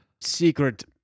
secret